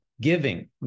giving